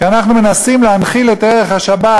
כי אנחנו מנסים להנחיל את ערך השבת